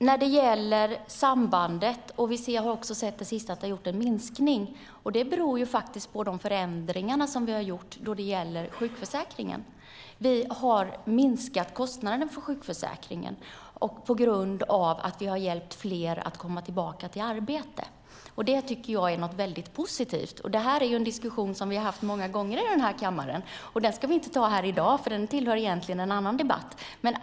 Herr talman! När det gäller sambandet har vi på senare tid sett att det blivit en minskning. Det beror på de förändringar vi gjort i sjukförsäkringen. Vi har minskat kostnaderna för sjukförsäkringen genom att vi hjälpt fler att komma tillbaka till arbete. Det tycker jag är mycket positivt. Det är en diskussion som vi haft många gånger i kammaren, och den ska vi inte ha i dag för den tillhör egentligen en annan debatt.